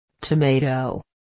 Tomato